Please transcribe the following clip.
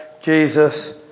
Jesus